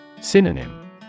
Synonym